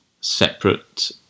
separate